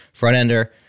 Frontender